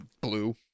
blue